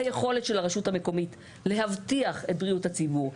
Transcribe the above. היכולת של הרשות המקומית להבטיח את בריאות הציבור,